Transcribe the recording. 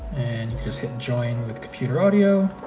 and just get joined with computer audio.